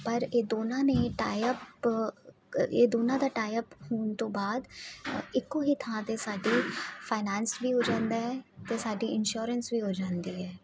ਪਰ ਇਹ ਦੋਨਾਂ ਨੇ ਟਾਈਅਪ ਇਹ ਦੋਨਾਂ ਦਾ ਟਾਈਅਪ ਹੋਣ ਤੋਂ ਬਾਅਦ ਇੱਕੋ ਹੀ ਥਾਂ 'ਤੇ ਸਾਡੇ ਫਾਇਨੈਂਸ ਵੀ ਹੋ ਜਾਂਦਾ ਹੈ ਅਤੇ ਸਾਡੀ ਇਨਸ਼ੋਰੈਂਸ ਵੀ ਹੋ ਜਾਂਦੀ ਹੈ